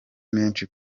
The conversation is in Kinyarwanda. menshi